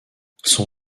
son